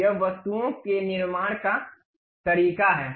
यह वस्तुओं के निर्माण का तरीका है